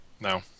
No